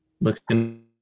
Looking